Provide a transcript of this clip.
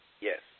Yes